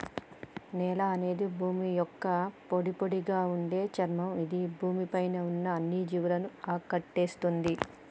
నేల అనేది భూమి యొక్క పొడిపొడిగా ఉండే చర్మం ఇది భూమి పై ఉన్న అన్ని జీవులను ఆకటేస్తుంది